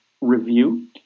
review